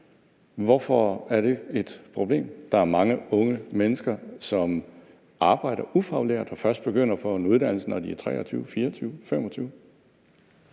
Hvorfor er det et problem? Der er mange unge mennesker, som arbejder ufaglært og først begynder på en uddannelse, når de er 23, 24, 25